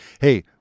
Hey